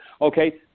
okay